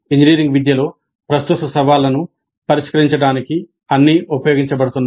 engineering విద్యలో ప్రస్తుత సవాళ్లను పరిష్కరించడానికి అన్నీ ఉపయోగించబడుతున్నాయి